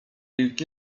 wilk